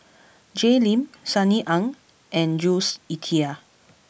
Jay Lim Sunny Ang and Jules Itier